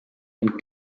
and